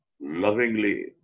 Lovingly